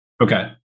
Okay